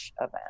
event